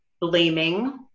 blaming